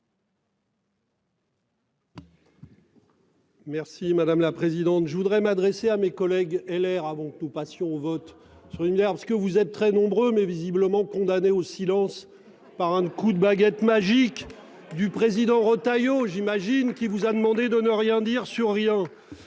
Merci madame la présidente. Je voudrais m'adresser à mes collègues LR avant tout passions vote sur une guerre parce que vous êtes très nombreux, mais visiblement condamnée au silence par un coup de baguette magique du président Retailleau j'imagine qu'il vous a demandé de ne rien dire survient.